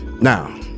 Now